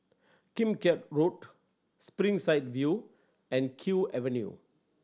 Kim Keat Road Springside View and Kew Avenue